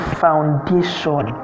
foundation